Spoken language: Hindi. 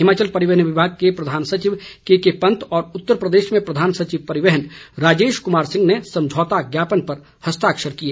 हिमाचल परिवहन विभाग के प्रधान सचिव केके पंत और उत्तर प्रदेश में प्रधान सचिव परिवहन राजेश कुमार सिंह ने समझौता ज्ञापन पर हस्ताक्षर किए